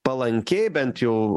palankiai bent jau